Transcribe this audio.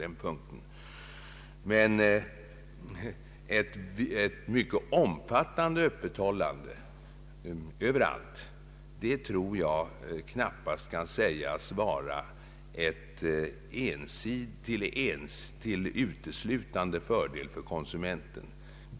Ett mycket omfattande öppethållande överallt tror jag knappast kan sägas vara till uteslutande fördel för konsumenterna.